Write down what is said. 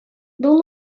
был